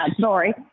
sorry